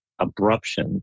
abruption